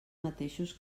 mateixos